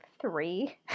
three